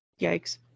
Yikes